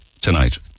tonight